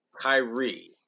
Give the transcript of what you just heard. Kyrie